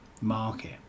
market